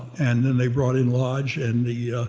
and then they brought in lodge and the